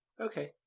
Okay